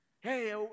Hey